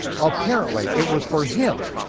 apparently it was for him,